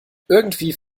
irgendwie